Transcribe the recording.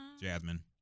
Jasmine